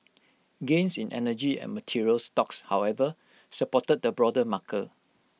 gains in energy and materials stocks however supported the broader marker